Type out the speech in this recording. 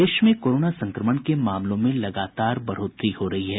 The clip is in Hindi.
प्रदेश में कोरोना संक्रमण के मामलों में लगातार बढ़ोतरी हो रही है